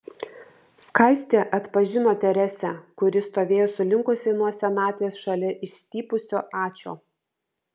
skaistė atpažino teresę kuri stovėjo sulinkusi nuo senatvės šalia išstypusio ačio